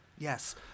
Yes